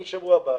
אני בשבוע הבא